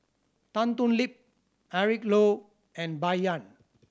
Tan Thoon Lip Eric Low and Bai Yan